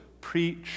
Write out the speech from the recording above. preach